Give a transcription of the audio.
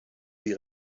die